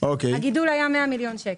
הגידול היה 100 מיליון שקל,